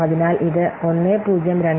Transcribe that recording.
അതിനാൽ ഇത് 1027